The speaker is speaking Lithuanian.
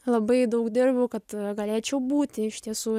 labai daug dirbau kad galėčiau būti iš tiesų